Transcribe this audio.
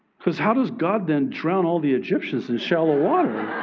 because how does god then drown all the egyptians and shallow water?